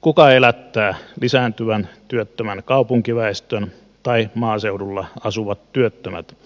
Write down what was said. kuka elättää lisääntyvän työttömän kaupunkiväestön tai maaseudulla asuvat työttömät